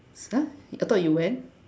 !huh! I thought you went